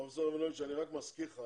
פרופ' רבינוביץ', אני רק מזכיר לך